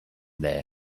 there